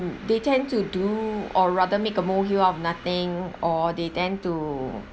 they tend to do or rather make a molehill out of nothing or they tend to